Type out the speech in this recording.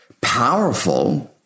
powerful